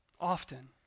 often